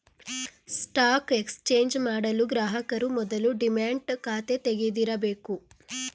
stock exchange ಮಾಡಲು ಗ್ರಾಹಕರು ಮೊದಲು ಡಿಮ್ಯಾಟ್ ಖಾತೆ ತೆಗಿದಿರಬೇಕು